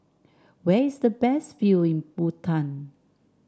where is the best view in Bhutan